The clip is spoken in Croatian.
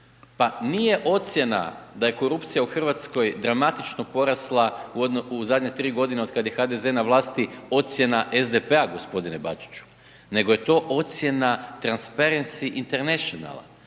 Pa nije ocjena da je korupcija u Hrvatskoj dramatično porasla u zadnje tri godine otkada je HDZ na vlasti ocjena SDP-a gospodine Bačiću nego je to ocjena Transparency Internationala,